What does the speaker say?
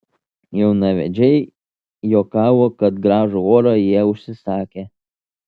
jaunavedžiai juokavo kad gražų orą jie užsisakę